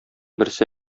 берсе